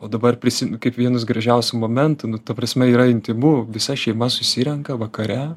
o dabar prisimenu kaip vienus gražiausių momentų nu ta prasme yra intymu visa šeima susirenka vakare